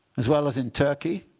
as well as in turkey,